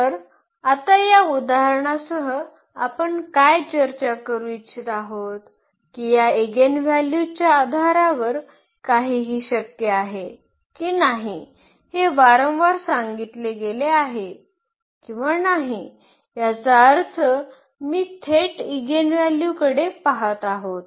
तर आता या उदाहरणासह आपण काय चर्चा करू इच्छित आहोत की या एगेनव्हल्यूच्या आधारावर काहीही शक्य आहे की नाही हे वारंवार सांगितले गेले आहे किंवा नाही याचा अर्थ मी थेट एगेनव्हल्यूकडे पाहत आहोत